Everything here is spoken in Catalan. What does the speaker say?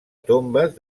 tombes